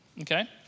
okay